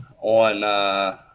on